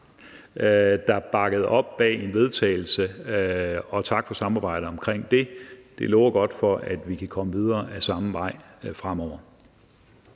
der bakkede op bag et forslag til vedtagelse, og tak for samarbejdet omkring det. Det lover godt for, at vi kan komme videre ad samme vej fremover.